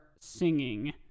singing